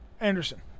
Anderson